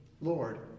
Lord